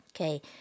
okay